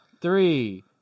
three